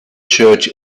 church